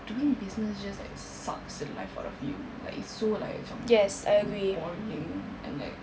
doing business just like sucks the life out of you like it's so like macam boring and like